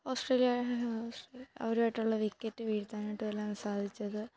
Australia അവരുമായിട്ടുള്ള wicket വീഴ്ത്താൻ ആയിട്ടുമെല്ലാം സാധിച്ചത്